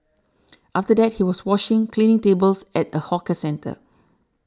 after that he was washing cleaning tables at a hawker centre